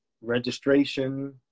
registration